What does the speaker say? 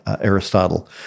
Aristotle